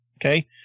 Okay